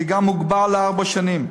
זה גם מוגבל לארבע שנים.